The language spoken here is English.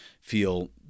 feel